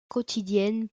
quotidienne